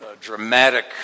dramatic